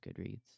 Goodreads